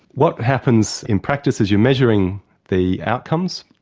what happens in practice is you're measuring the outcomes,